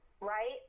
Right